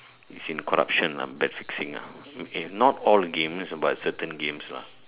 is in corruption lah match fixing ah okay not all games but certain games lah